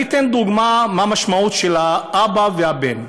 אני אתן דוגמה למשמעות של האבא והבן.